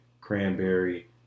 Cranberry